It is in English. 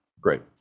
great